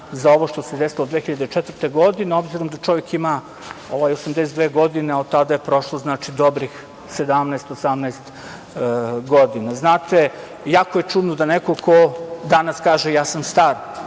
za ovo što se desilo 2004. godine, obzirom da čovek ima 82 godine, a od tada je prošlo dobrih 17, 18 godina. Jako je čudno da neko ko danas kaže – ja sam star